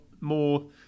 more